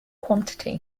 quantity